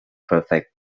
perfect